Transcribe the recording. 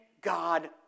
God